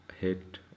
hit